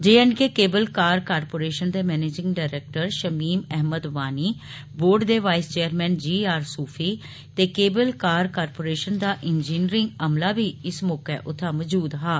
J and K cable car corporation दे managing director Shamim Ahmad Wani board दे vice chairman G R Sufi ते cable car corporation दा engineering अमला बी इस मौके उत्थे मौजूद हा